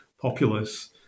populace